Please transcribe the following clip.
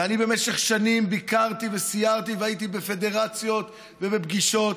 ובמשך שנים ביקרתי וסיירתי והייתי בפדרציות ובפגישות,